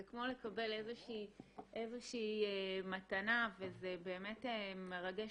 זה כמו לקבל איזושהי מתנה וזה באמת מרגש